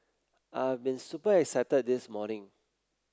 I've been super excited this morning